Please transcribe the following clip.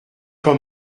quand